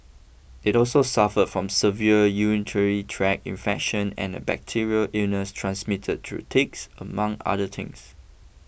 it also suffered from severe urinary tract infection and a bacterial illness transmitted through ticks among other things